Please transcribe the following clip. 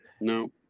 No